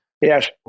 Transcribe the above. Yes